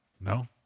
no